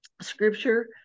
Scripture